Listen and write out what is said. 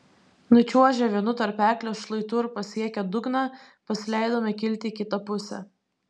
nučiuožę vienu tarpeklio šlaitu ir pasiekę dugną pasileidome kilti į kitą pusę